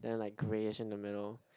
and like greyish in the middle